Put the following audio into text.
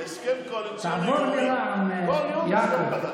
הוא עוד דורש הסכם קואליציוני, כל יום מחדש.